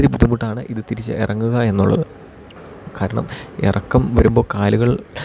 ഒത്തിരി ബുദ്ധിമുട്ടാണ് ഇത് തിരിച്ച് ഇറങ്ങുക എന്നുള്ളത് കാരണം ഇറക്കം വരുമ്പോൾ കാലുകൾ